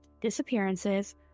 disappearances